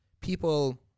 people